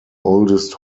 oldest